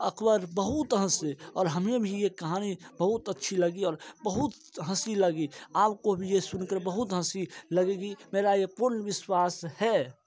अकबर बहुत हँसे और हमें भी एक कहानी बहुत अच्छी लगी और बहुत हंसी लगी आपको भी ये सुन कर बहुत हंसी लगेगी मेरा ये पूर्ण विश्वास है